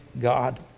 God